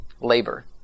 labor